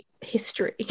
history